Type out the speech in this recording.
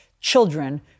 children